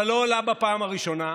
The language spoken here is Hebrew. אבל לא עולה בפעם הראשונה,